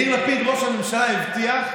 יאיר לפיד ראש הממשלה הבטיח: